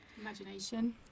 Imagination